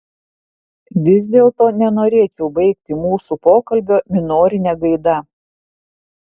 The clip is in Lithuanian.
vis dėlto nenorėčiau baigti mūsų pokalbio minorine gaida